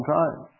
time